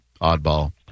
oddball